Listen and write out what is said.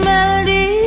Melody